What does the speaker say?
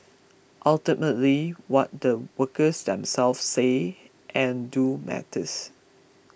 ultimately what the workers themselves say and do matters